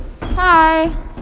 Hi